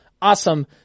Awesome